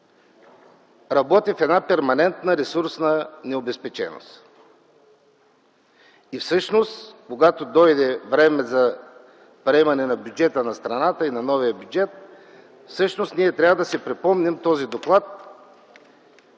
работи в една перманентна ресурсна необезпеченост и всъщност, когато дойде време за приемане на бюджета на страната и на новия бюджет, ние трябва да си припомним този доклад